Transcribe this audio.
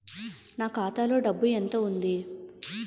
నా ఖాతాలో డబ్బు ఎంత ఉంది?